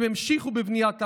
הם המשיכו בבניית הארץ.